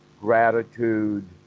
gratitude